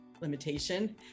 limitation